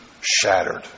shattered